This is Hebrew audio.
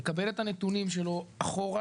לקבל את הנתונים שלו אחורה,